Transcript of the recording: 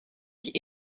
ich